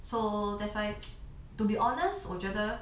so that's why to be honest 我觉得